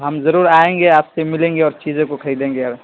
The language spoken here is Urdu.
ہم ضرور آئیں گے آپ سے ملیں گے اور چیزیں کو خریدیں گے